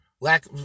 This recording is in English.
Lack